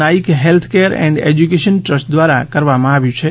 Naik health care and education trust દ્વારા કરવામાં આવ્યું છે